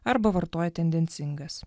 arba vartoja tendencingas